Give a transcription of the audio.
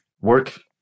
work